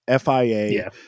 FIA